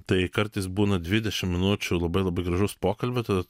tai kartais būna dvidešimt minučių labai labai gražus pokalbį tada